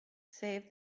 saved